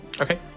Okay